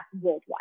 worldwide